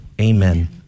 amen